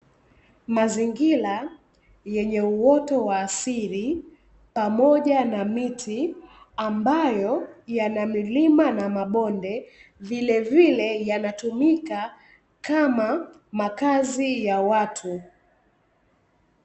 Mazingira yenye uwoto wa asili pamoja na miti, ambayo yana milima na mabonde vilevile yanatumika kama makazi ya watu.